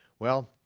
well,